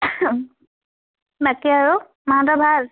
বাকী আৰু মাহঁতৰ ভাল